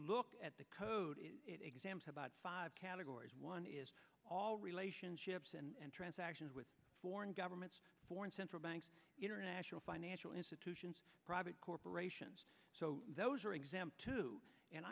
look at the code example about five categories one is all relationships and transactions with foreign governments foreign central banks international financial institutions private corporations so those are exempt two and